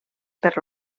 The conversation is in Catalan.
per